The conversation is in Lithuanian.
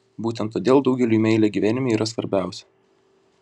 būtent todėl daugeliui meilė gyvenime yra svarbiausia